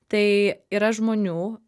tai yra žmonių